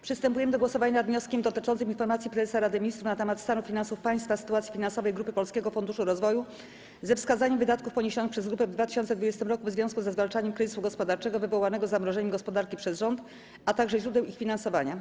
Przystępujemy do głosownia nad wnioskiem dotyczącym informacji prezesa Rady Ministrów na temat stanu finansów państwa, sytuacji finansowej Grupy Polskiego Funduszu Rozwoju ze wskazaniem wydatków poniesionych przez grupę w 2020 r. w związku ze zwalczaniem kryzysu gospodarczego wywołanego zamrożeniem gospodarki przez rząd, a także źródeł ich finansowania.